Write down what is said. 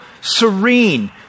serene